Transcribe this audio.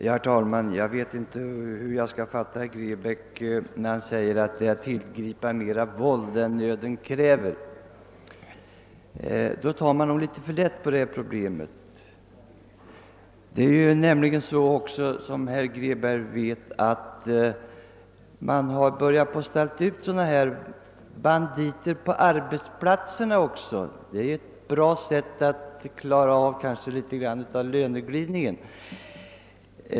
Herr talman! Jag vet inte hur jag skall fatta herr Grebäck när han säger att det, om man bifaller motionen, är att tillgripa mera våld än nöden kräver. Då tar man nog litet för lätt på detta problem. Man har ju, som herr Grebäck vet, börjat ställa ut sådana här banditer på arbetsplatserna också — kanske ett bra sätt att klara en del av löneglidningen.